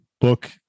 book